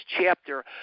chapter